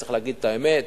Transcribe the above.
צריך להגיד את האמת.